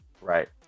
right